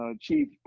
Chief